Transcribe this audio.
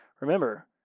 Remember